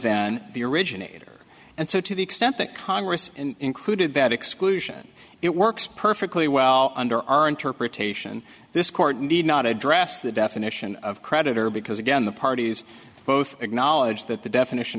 then the originator and so to the extent that congress included that exclusion it works perfectly well under our interpretation this court need not address the definition of creditor because again the parties both acknowledge that the definition